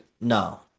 No